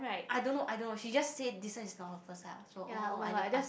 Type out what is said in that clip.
I don't know I don't know she just said this one is not her first ah so oh I never ask